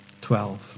Twelve